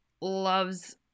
loves